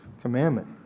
commandment